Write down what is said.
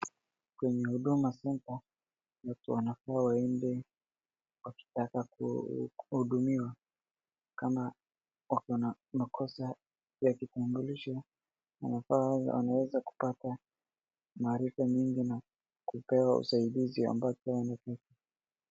Kwenye huduma centre, mtu anafaa waende wakitaka kuhudumiwa. Kama wako na makosa ya kitambulisho wanaweza kupata maarifa mingi na kupewa usaidizi ambao wanataka.